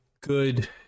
good